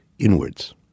Inwards